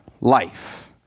life